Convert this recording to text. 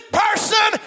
person